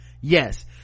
yes